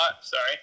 sorry